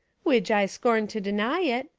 widge i scorn to deny it,